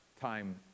time